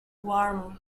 warm